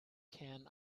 can